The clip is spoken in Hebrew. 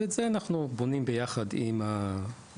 ואת זה אנחנו בונים ביחד עם התוכנית